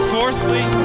Fourthly